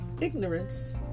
ignorance